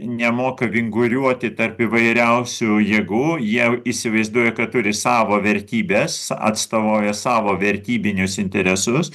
nemoka vinguriuoti tarp įvairiausių jėgų jie įsivaizduoja kad turi savo vertybes atstovauja savo vertybinius interesus